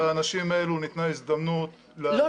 לאנשים האלה ניתנה הזדמנות ל --- לא,